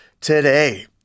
today